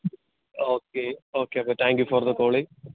okay okay അപ്പോള് thank you for the calling